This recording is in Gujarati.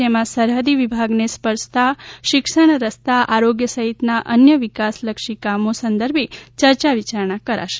જેમાં સરહદી વિભાગને સપર્શતા શિક્ષણ રસ્તા આરોગ્ય સહિતના અન્ય વિકાસલક્ષી કામો સંદર્ભે ચર્ચા વિચારણા કરાશે